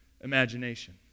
imagination